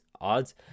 odds